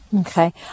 Okay